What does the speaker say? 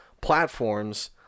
platforms